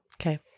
Okay